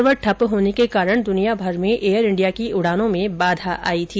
कल सर्वर ठप्प होने के कारण दुनियाभर में एयर इंडिया की उड़ानों में बाधा आई थी